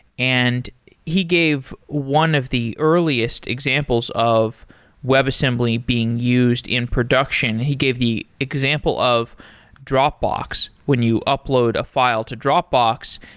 and he gave one of the earliest examples of webassembly being used in production. he gave the example of dropbox. when you upload a file to dropbox,